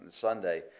Sunday